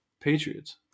Patriots